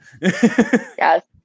Yes